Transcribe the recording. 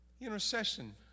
Intercession